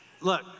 Look